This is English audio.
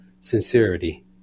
sincerity